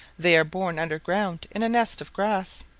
they are born under ground in a nest of grass.